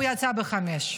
הוא יצא ב-17:00.